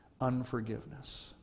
Unforgiveness